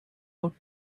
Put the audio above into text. out